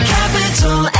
Capital